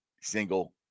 single